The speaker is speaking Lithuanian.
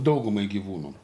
daugumai gyvūnų